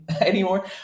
anymore